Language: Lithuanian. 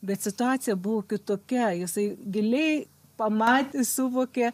bet situacija buvo kitokia jisai giliai pamatė suvokė